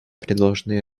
предложенный